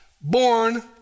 born